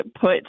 put